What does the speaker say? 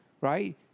right